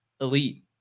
elite